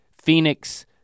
Phoenix